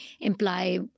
imply